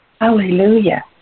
Hallelujah